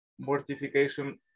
mortification